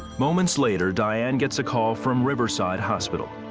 moments later, diane gets a call from riverside hospital.